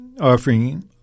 offering